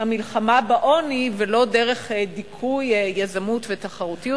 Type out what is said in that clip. המלחמה בעוני ולא דרך דיכוי יזמות ותחרותיות.